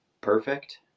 perfect